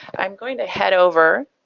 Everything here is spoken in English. i'm going to head over.